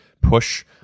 push